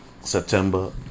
September